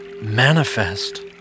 manifest